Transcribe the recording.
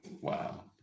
Wow